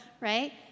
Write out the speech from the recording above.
right